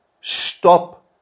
stop